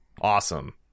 Awesome